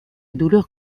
douleur